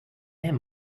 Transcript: i’m